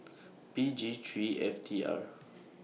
P G three F T R